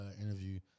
interview